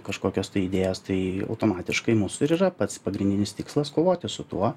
kažkokias idėjas tai automatiškai mūsų ir yra pats pagrindinis tikslas kovoti su tuo